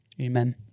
Amen